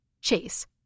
Chase